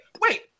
Wait